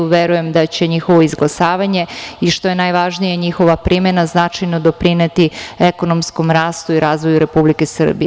Verujem da će njihovo izglasavanje, i što je najvažnije, njihova primena, značajno doprineti ekonomskom rastu i razvoju Republike Srbije.